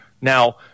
Now